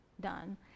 done